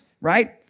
right